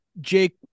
Jake